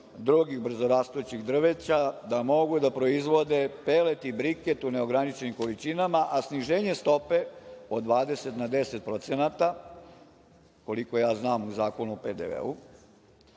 drugih brzorastućih drveća da mogu da proizvode pelet i briket u neograničenim količinama, a sniženje stope sa 20 na 10%. Koliko znam o Zakonu o PDV.